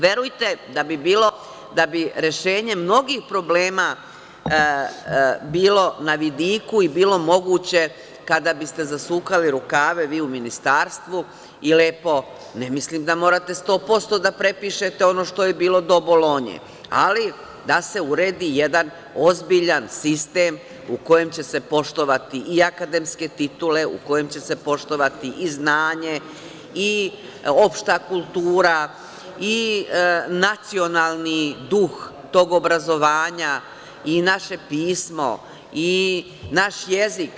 Verujte da bi rešenje mnogih problema bilo na vidiku i bilo moguće kada biste zasukali rukave vi u Ministarstvu i lepo, ne mislim da morate sto posto da prepišete ono što je bilo do "Bolonje", ali da se uredi jedan ozbiljan sistem, u kojem će se poštovati i akademske titule, u kojem će se poštovati i znanje i opšta kultura i nacionalni duh tog obrazovanja i naše pismo i naš jezik.